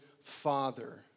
father